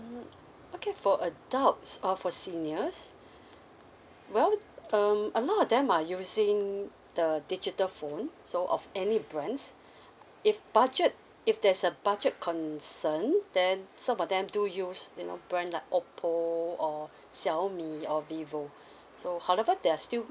okay four adults or for seniors well um a lot of them are using the digital phone so of any brands if budget if there's a budget concern then some of them do use you know brand like Oppo or Xiaomi or Vivo so however there are still